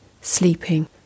sleeping